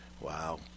wow